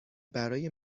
برای